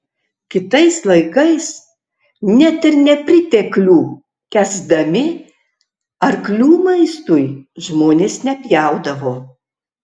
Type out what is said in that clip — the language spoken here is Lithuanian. kitais laikais net ir nepriteklių kęsdami arklių maistui žmonės nepjaudavo